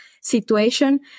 situation